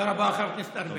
תודה רבה, חבר הכנסת ארבל.